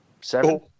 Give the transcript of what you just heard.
Seven